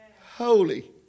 holy